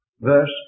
verse